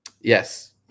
Yes